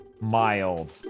Mild